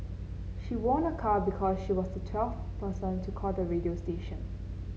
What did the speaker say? she won a car because she was the twelfth person to call the radio station